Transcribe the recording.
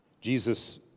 Jesus